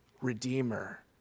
Redeemer